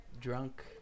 drunk